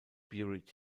buried